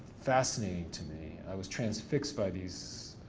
fascinating to me. i was transfixed by these